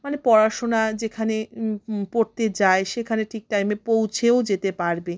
মানে পড়াশুনা যেখানে পড়তে যায় সেখানে ঠিক টাইমে পৌঁছেও যেতে পারবে